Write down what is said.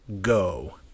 go